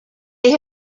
they